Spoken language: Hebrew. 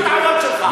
תמשיך בטעויות שלך.